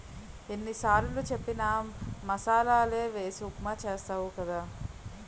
ఎన్ని సారులు చెప్పిన మసాలలే వేసి ఉప్మా చేస్తావు కదా